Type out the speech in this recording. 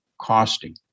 costing